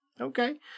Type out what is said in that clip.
Okay